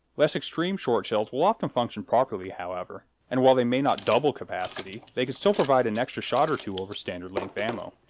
less extreme short shells will often function properly however, and while they may not double capacity, they can still provide an extra shot or two over standard-length ammo.